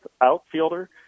outfielder